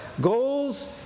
Goals